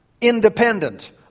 Independent